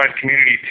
community